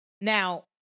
Now